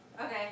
okay